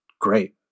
great